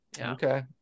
Okay